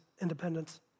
independence